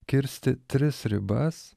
kirsti tris ribas